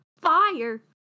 fire